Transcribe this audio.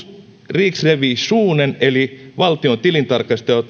riksrevisionen eli valtion tilintarkastajat